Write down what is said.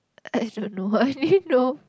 I don't know I only know